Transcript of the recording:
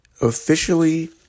officially